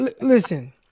listen